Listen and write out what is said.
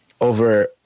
over